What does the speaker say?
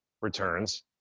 returns